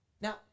Now